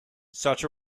such